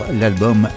l'album